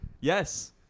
Yes